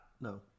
no